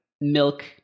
milk